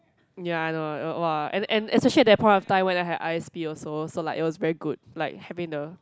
ya I know like !wah! and and especially at that point of time when I had I S_P also so like it was very good like having the